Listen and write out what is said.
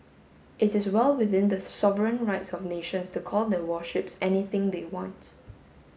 it is well within the sovereign rights of nations to call their warships anything they wants